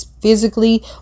physically